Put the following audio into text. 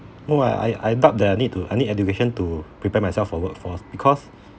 oh I I I doubt that I need to I need education to prepare myself for workforce because